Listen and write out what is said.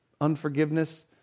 unforgiveness